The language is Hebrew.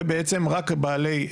ובעצם רק בעלי,